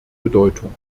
bedeutung